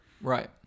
Right